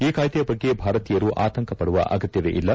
ಈ ಕಾಯ್ದೆಯ ಬಗ್ಗೆ ಭಾರತೀಯರು ಆತಂಕ ಪಡುವ ಅಗತ್ಯವೇ ಇಲ್ಲ